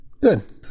good